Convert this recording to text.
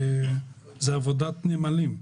זה עבודת נמלים.